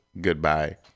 goodbye